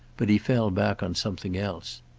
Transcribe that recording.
but he fell back on something else.